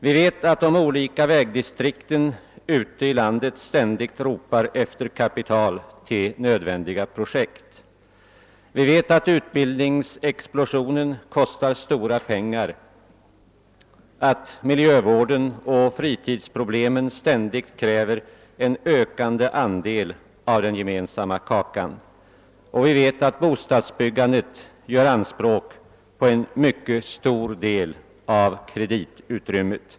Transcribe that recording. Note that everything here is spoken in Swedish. Vi vet att de olika vägdistrikten ute i landet hela tiden ropar efter kapital till nödvändiga projekt. Vi vet att utbildningsexplosionen kostar stora pengar, att miljövården och fritidsproblemen ständigt kräver en ökande andel av den gemensamma kakan och att bostadsbyggandet gör anspråk på en mycket stor del av kreditutrymmet.